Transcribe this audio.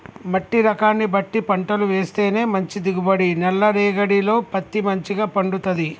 మట్టి రకాన్ని బట్టి పంటలు వేస్తేనే మంచి దిగుబడి, నల్ల రేగఢీలో పత్తి మంచిగ పండుతది